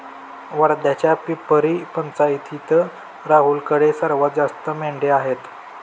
वर्ध्याच्या पिपरी पंचायतीत राहुलकडे सर्वात जास्त मेंढ्या आहेत